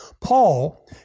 Paul